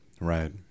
right